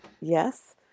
Yes